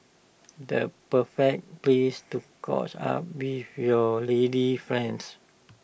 the perfect place to caught up with your lady friends